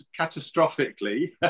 catastrophically